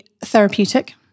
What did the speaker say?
therapeutic